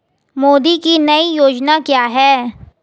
मोदी की नई योजना क्या है?